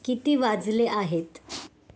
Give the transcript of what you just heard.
किती वाजले आहेत